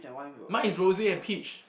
mine is rose and peach